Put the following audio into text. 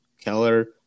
Keller